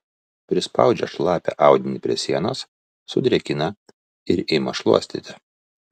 prispaudžia šlapią audinį prie sienos sudrėkina ir ima šluostyti